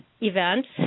events